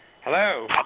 Hello